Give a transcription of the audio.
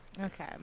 Okay